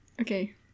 Okay